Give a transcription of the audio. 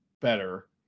better